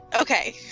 Okay